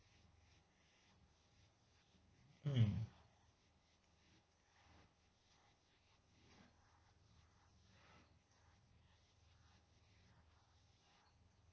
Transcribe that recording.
mm